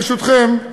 ברשותכם,